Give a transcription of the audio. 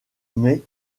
mais